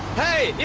hey,